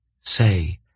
say